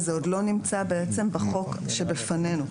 וזה עוד לא נמצא בעצם בחוק שבפנינו.